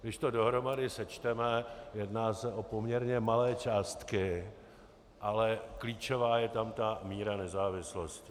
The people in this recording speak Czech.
Když to dohromady sečteme, jedná se o poměrně malé částky, ale klíčová je tam ta míra nezávislosti.